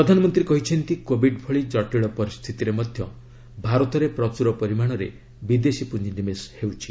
ପ୍ରଧାନମନ୍ତ୍ରୀ କହିଛନ୍ତି କୋଭିଡ ଭଳି କଟିଳ ପରିସ୍ଥିତିରେ ମଧ୍ୟ ଭାରତରେ ପ୍ରଚରର ପରିମାଣରେ ବିଦେଶୀ ପୁଞ୍ଜିନିବେଶ ହେଉଛି